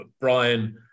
Brian